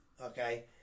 okay